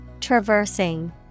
Traversing